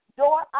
door